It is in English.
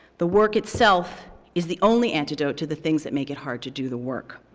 the work itself is the only antidote to the things that make it hard to do the work.